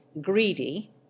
greedy